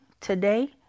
today